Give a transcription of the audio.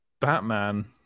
Batman